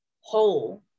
whole